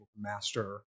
master